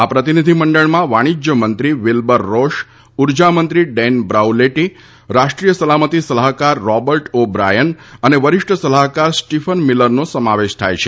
આ પ્રતિનિધિ મંડળમાં વાણિશ્યમંત્રી વિલ્બર રોશ ઉર્જામંત્રી ડેન બ્રાઉલેટી રાષ્ટ્રીય સલામતી સલાહકાર રોબર્ટ ઓ બ્રાયન અને વરિષ્ઠ સલાહકાર સ્ટિફન મિલરનો સમાવેશ થાય છે